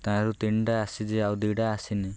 ତାରୁ ତିନିଟା ଆସିଛି ଆଉ ଦୁଇଟା ଆସିନି